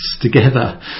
together